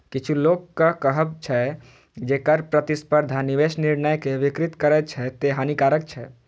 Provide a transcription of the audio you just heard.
किछु लोकक कहब छै, जे कर प्रतिस्पर्धा निवेश निर्णय कें विकृत करै छै, तें हानिकारक छै